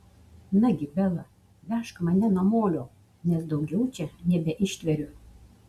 nagi bela vežk mane namolio nes daugiau čia nebeištveriu